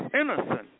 innocent